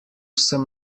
sem